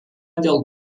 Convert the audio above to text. dėl